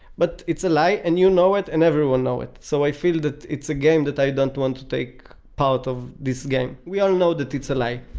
but it's a lie and you know it and everyone know it. so i feel that it's a game that i don't want to take part of this game. we all know that it's a lie.